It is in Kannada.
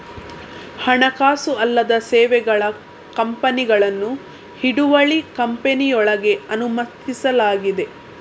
ಹಣಕಾಸು ಅಲ್ಲದ ಸೇವೆಗಳ ಕಂಪನಿಗಳನ್ನು ಹಿಡುವಳಿ ಕಂಪನಿಯೊಳಗೆ ಅನುಮತಿಸಲಾಗಿದೆ